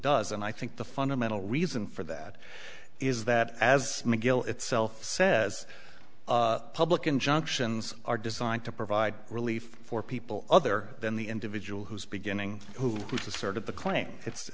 does and i think the fundamental reason for that is that as mcgill itself says public injunctions are designed to provide relief for people other than the individual who's beginning who was the sort of the claim it's